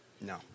no